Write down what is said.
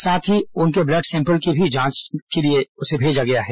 साथ ही उनके ब्लड सैंपल को भी जांच के लिए भेजा गया है